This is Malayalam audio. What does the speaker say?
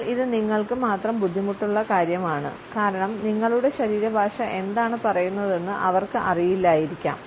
എന്നാൽ ഇത് നിങ്ങൾക്ക് മാത്രം ബുദ്ധിമുട്ടുള്ള കാര്യമാണ് കാരണം നിങ്ങളുടെ ശരീരഭാഷ എന്താണ് പറയുന്നതെന്ന് അവർക്ക് അറിയില്ലായിരിക്കാം